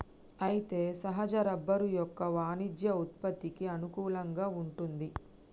అయితే సహజ రబ్బరు యొక్క వాణిజ్య ఉత్పత్తికి అనుకూలంగా వుంటుంది